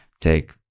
take